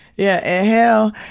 yeah, at hale,